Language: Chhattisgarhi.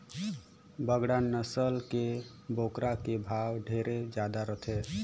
बड़खा नसल के बोकरा के भाव ढेरे जादा रथे